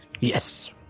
Yes